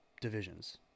divisions